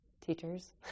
teachers